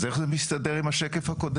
אז איך זה מסתדר עם השקף הקודם?